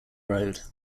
road